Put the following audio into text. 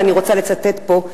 ואני רוצה לצטט פה,